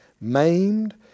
maimed